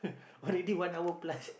already one hour plus